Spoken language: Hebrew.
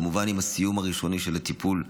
כמובן, עם הסיום הראשוני של הטיפול הכירורגי,